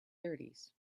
thirties